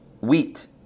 wheat